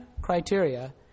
criteria